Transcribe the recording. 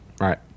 Right